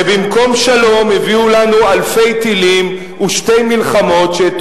שבמקום שלום הביאו לנו אלפי טילים ושתי מלחמות שאת